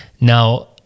Now